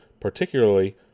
particularly